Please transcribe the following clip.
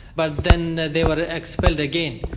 but then they were expelled again.